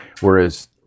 whereas